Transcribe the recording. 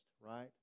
right